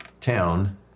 town